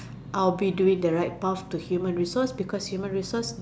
I'll be doing to right path to human resource because human resource is